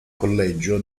collegio